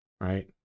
Right